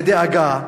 ודאגה,